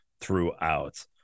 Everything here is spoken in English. throughout